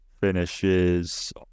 finishes